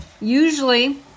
Usually